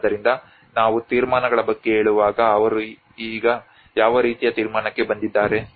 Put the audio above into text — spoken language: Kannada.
ಆದ್ದರಿಂದ ನಾವು ತೀರ್ಮಾನಗಳ ಬಗ್ಗೆ ಹೇಳುವಾಗ ಅವರು ಈಗ ಯಾವ ರೀತಿಯ ತೀರ್ಮಾನಕ್ಕೆ ಬಂದಿದ್ದಾರೆ